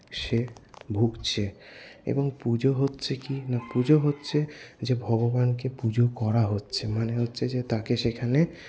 সে ভুগছে এবং পুজো হচ্ছে কি না পুজো হচ্ছে যে ভগবানকে পুজো করা হচ্ছে মানে হচ্ছে যে তাকে সেখানে